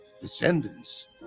Descendants